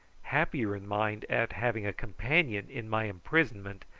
happier in mind at having a companion in my imprisonment,